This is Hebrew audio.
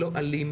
לא אלים,